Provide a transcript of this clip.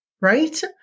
right